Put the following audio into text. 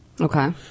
Okay